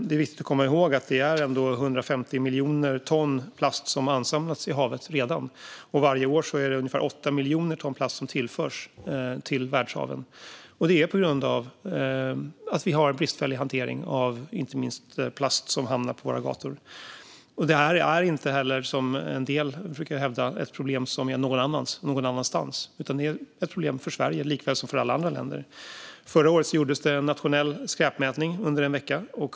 Det är viktigt att komma ihåg att 150 miljoner ton plast redan har ansamlats i haven och att det varje år tillförs ungefär 8 miljoner ton plast till världshaven på grund av bristfällig hantering av inte minst plast som hamnar på våra gator. Det här är inte ett problem som är någon annans någon annanstans, som en del brukar hävda, utan det är ett problem för Sverige liksom för alla andra länder. Förra året gjordes en nationell skräpmätning under en vecka.